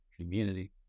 Community